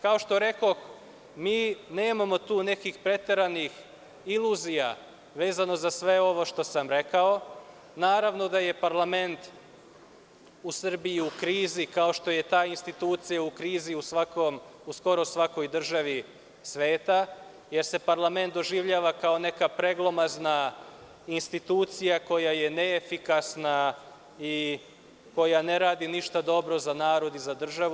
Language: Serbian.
Kao što rekoh, mi nemamo tu nekih preteranih iluzija vezano za sve ovo što sam rekao, naravno da je parlament u Srbiji u krizi kao što je ta institucija u krizi u skoro svakoj državi sveta, jer se parlament doživljava kao neka preglomazna institucija koja je neefikasna i koja ne radi ništa dobro za narod i za državu.